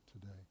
today